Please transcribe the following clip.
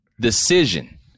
decision